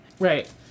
Right